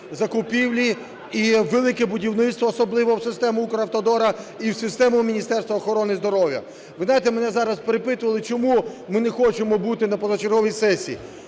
закупівлі і в "Велике будівництво", особливо в систему Укравтодору, і в систему Міністерства охорони здоров'я. Ви знаєте, мене зараз перепитували, чому ми не хочемо бути на позачерговій сесії.